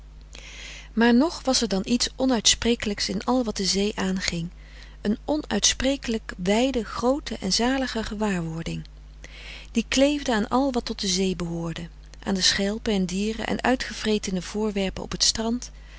maar nog was er dan iets onuitsprekelijks in al wat de zee aanging een onuitsprekelijk wijde groote en zalige gewaarwording die kleefde aan al wat tot de zee behoorde aan de schelpen en dieren en uitgevretene voorwerpen op het strand